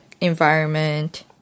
environment